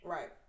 Right